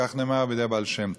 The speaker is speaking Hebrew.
כך אמר הבעל שם טוב.